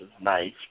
nice